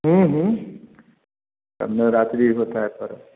तब नवरात्रि होता है पर्व